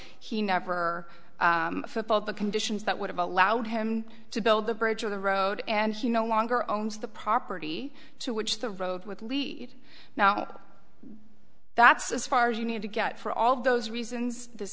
he never football the conditions that would have allowed him to build the bridge of the road and she no longer owns the property to which the road with lead now that's as far as you need to get for all those reasons th